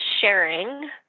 sharing